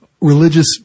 religious